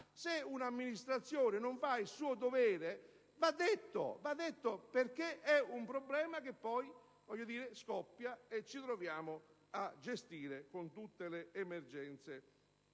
se un'amministrazione non fa il suo dovere, bisogna dirlo, perché è un problema che poi scoppia e che ci troviamo a gestire con tutte le emergenze